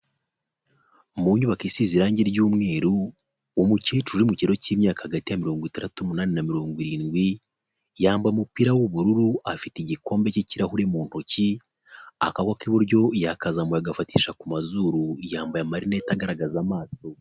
Mu nyubako isize irangi ry'umweru, umukecuru uri mu kigero cy'imyaka hagati mirongo itandatu n'umunani na mirongo irindwi, yambaye umupira w'ubururu afite igikombe cy'ikirahure mu ntoki, akaboko k'iburyo yakazamuye agafatisha ku mazuru, yambaye amalineti agaragaza amaso.